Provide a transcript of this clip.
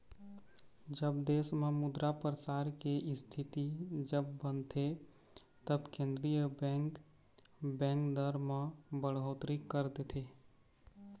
जब देश म मुद्रा परसार के इस्थिति जब बनथे तब केंद्रीय बेंक, बेंक दर म बड़होत्तरी कर देथे